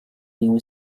néo